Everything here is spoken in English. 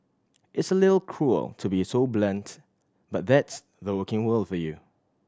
it's a little cruel to be so blunt but that's the working world for you